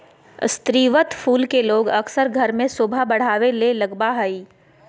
स्रीवत फूल के लोग अक्सर घर में सोभा बढ़ावे ले लगबा हइ